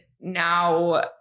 now